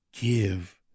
give